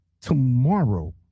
tomorrow